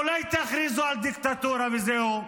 אולי תכריזו על דיקטטורה וזהו?